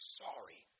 sorry